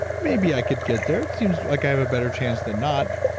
maybe i could get there. it seems like i have a better chance than not.